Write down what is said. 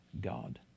God